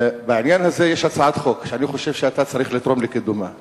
בעניין הזה יש הצעת חוק שאני חושב שאתה צריך לתרום לקידומה,